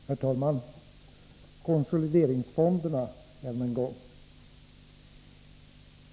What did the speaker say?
Herr talman! Konsolideringsfonderna än en gång.